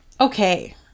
Okay